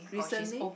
recently